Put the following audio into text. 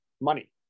money